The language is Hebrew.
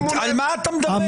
על מה אתה מדבר?